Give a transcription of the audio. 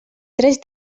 tres